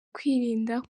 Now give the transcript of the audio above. kwirinda